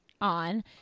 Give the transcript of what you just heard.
on